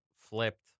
flipped